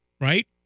right